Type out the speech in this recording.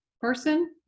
person